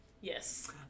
Yes